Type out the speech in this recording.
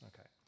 Okay